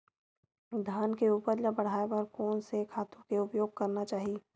धान के उपज ल बढ़ाये बर कोन से खातु के उपयोग करना चाही?